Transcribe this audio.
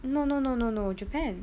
no no no no no japan